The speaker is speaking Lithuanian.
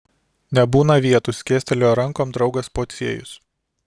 nebūna vietų skėstelėjo rankom draugas pociejus